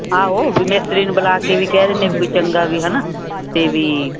ਆਹੋ ਵੀ ਮਿਸਤਰੀ ਨੂੰ ਬੁਲਾ ਕੇ ਵੀ ਕਹਿ ਦਿੰਦੇ ਕੋਈ ਚੰਗਾ ਵੀ ਹਨਾ ਤੇ ਵੀ